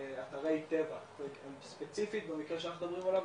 אתרי טבע ספציפית במקרה שאנחנו מדברים עליו,